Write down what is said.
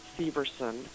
Severson